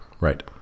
Right